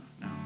no